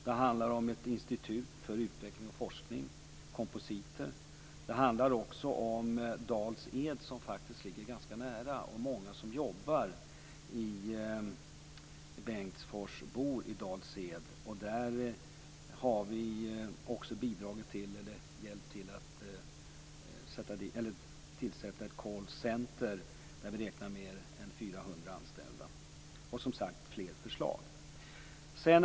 Det handlar om ett institut för utveckling och forskning - kompositer. Det handlar också om Dals-Ed, som faktiskt ligger ganska nära. Många som jobbar i Bengtsfors bor i Dals-Ed, och där har vi bidragit till att inrätta ett call center där vi räknar med en 400 anställda. Och fler förslag finns som sagt.